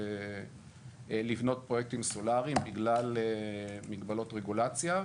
פרויקטים סולאריים בגלל מגבלות רגולציה.